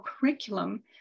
curriculum